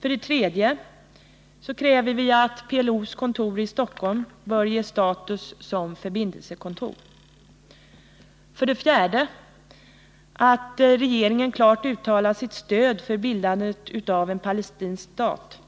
För det tredje bör PLO:s kontor i Stockholm ges status såsom förbindelsekontor. För det fjärde bör regeringen klart uttala sitt stöd för bildande av en palestinsk stat